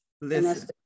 Listen